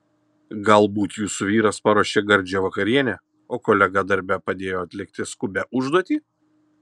galbūt jūsų vyras paruošė gardžią vakarienę o kolega darbe padėjo atlikti skubią užduotį